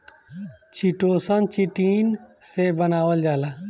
chitosan, chitin से बनावल जाला